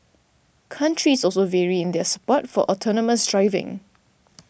countries also vary in their support for autonomous driving